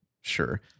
Sure